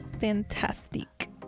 Fantastic